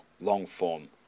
long-form